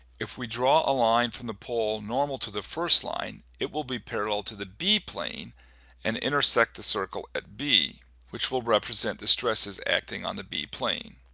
if we draw a line from the pole normal to the first line, it will be parallel to the b-plane and intersect the circle at b which will represent the stresses acting on the b-plane.